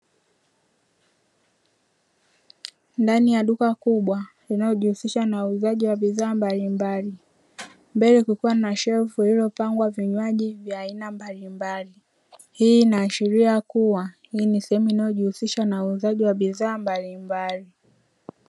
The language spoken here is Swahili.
Ndani ya duka kubwa linalojihusisha na uuzaji wa bidhaa mbalimbali, mbele kulikuwa na shelfu lililopangwa vinywaji vya aina mbalimbali, hii inaashiria kuwa hii ni sehemu inayojihusisha na bidhaa mbalimbali.